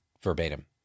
verbatim